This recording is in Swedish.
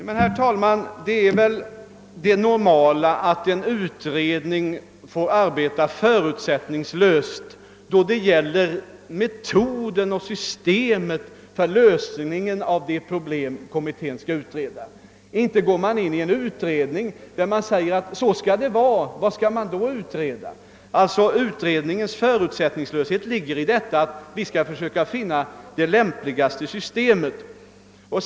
Herr talman! Det normala är väl att en utredning får arbeta förutsättningslöst när det gäller att finna metoder och system för lösningen av det problem kommittén skall utreda. Inte föreskrivs det i direktiven att lösningen skall vara så och så. Utredningens förutsättningslöshet ligger däri att vi skall försöka finna de lämpligaste metoderna.